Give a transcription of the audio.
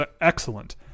excellent